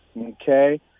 okay